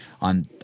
on